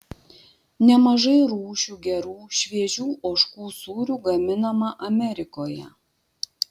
nemažai rūšių gerų šviežių ožkų sūrių gaminama amerikoje